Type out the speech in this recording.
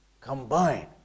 combine